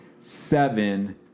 seven